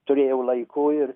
turėjau laiko ir